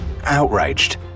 Outraged